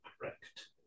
Correct